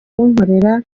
kunkorera